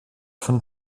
von